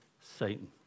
Satan